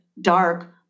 dark